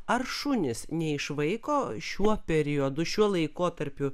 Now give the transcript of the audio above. ar šunys neišvaiko šiuo periodu šiuo laikotarpiu